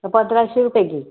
तर पंधराशे रुपये घी